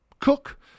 cook